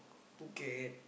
Phuket